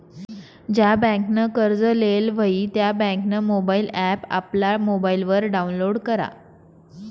ज्या बँकनं कर्ज लेयेल व्हयी त्या बँकनं मोबाईल ॲप आपला मोबाईलवर डाऊनलोड करा